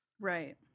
Right